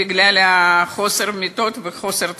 בגלל חוסר מיטות וחוסר תקנים.